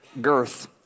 girth